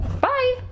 Bye